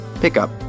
pickup